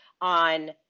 on